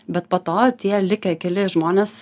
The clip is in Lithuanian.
bet po to tie likę keli žmonės